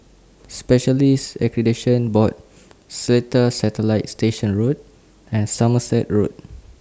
Specialists Accreditation Board Seletar Satellite Station Road and Somerset Road